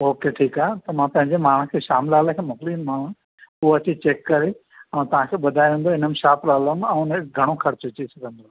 okay ठीकु आहे त मां पंहिंजे माण्हू खे श्यामलाल खे मोकिलींदोमांव हूअ अची चेक करे ऐं तव्हांखे ॿुधाए वेंदव हिन में छा प्रॉब्लम आहे ऐं हिन जो घणो ख़र्चु अची वेंदव